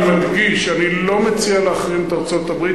אני מדגיש: אני לא מציע להחרים את ארצות-הברית.